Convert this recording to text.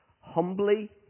Humbly